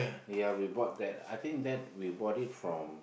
ya we bought that I think that we bought it from